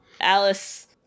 Alice